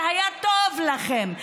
זה היה טוב לכם,